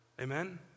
Amen